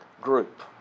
group